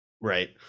Right